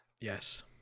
Yes